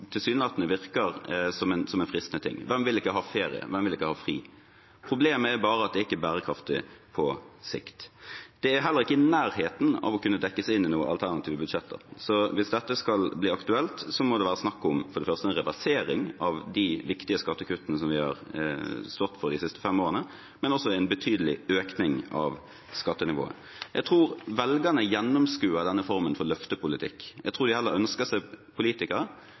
tilsynelatende virker fristende. Hvem vil ikke ha ferie, hvem vil ikke ha fri? Problemet er bare at det ikke er bærekraftig på sikt. Det er heller ikke i nærheten av å kunne dekkes inn i noen alternative budsjetter. Så hvis dette skal bli aktuelt, må det være snakk om for det første en reversering av de viktige skattekuttene som vi har stått for de siste fem årene, og også en betydelig økning av skattenivået. Jeg tror velgerne gjennomskuer denne formen for løftepolitikk. Jeg tror de heller ønsker seg politikere